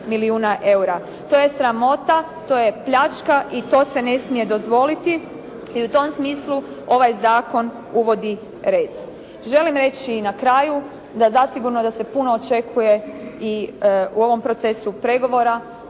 To je sramota, to je pljačka i to se ne smije dozvoliti i u tom smislu ovaj zakon uvodi red. Želim reći i na kraju da zasigurno da se puno očekuje i u ovom procesu pregovora